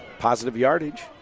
positive yardage.